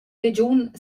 regiun